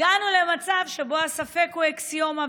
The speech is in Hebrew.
הגענו למצב שבו הספק הוא אקסיומה,